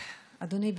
אדוני,